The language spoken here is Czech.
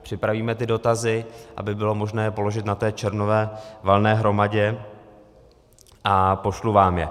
Připravíme ty dotazy, aby je bylo možné položit na červnové valné hromadě, a pošlu vám je.